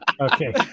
Okay